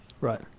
Right